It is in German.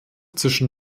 zwischen